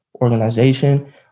organization